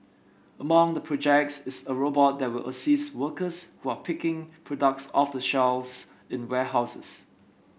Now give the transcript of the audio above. among the projects is a robot that will assist workers who are picking products off the shelves in warehouses